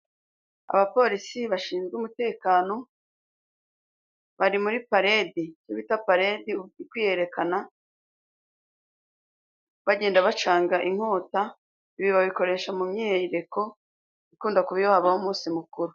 Abapolisi bashinzwe umutekano bari muri paledi. Icyo bita paledi ukwiyerekana bagenda bacanga inkota ibi babikoresha mu myiyereko, ikunda kuba iyo habayeho umunsi mukuru.